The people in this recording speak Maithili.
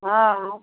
हँ